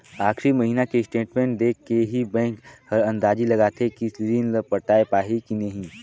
आखरी महिना के स्टेटमेंट देख के ही बैंक हर अंदाजी लगाथे कि रीन ल पटाय पाही की नही